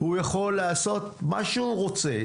המפכ"ל יכול לעשות מה שהוא רוצה,